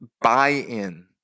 buy-in